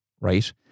right